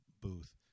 booth